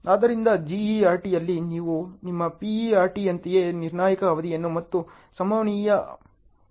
ಆದ್ದರಿಂದ GERT ಯಲ್ಲಿ ನಾವು ನಿಮ್ಮ PERT ಯಂತೆಯೇ ನಿರ್ಣಾಯಕ ಅವಧಿಯನ್ನು ಮತ್ತು ಸಂಭವನೀಯ ಅವಧಿಯ ಅಂದಾಜುಗಳನ್ನು ಅನುಮತಿಸಬಹುದು